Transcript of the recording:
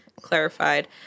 clarified